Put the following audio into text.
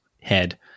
head